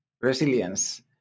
resilience